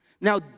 Now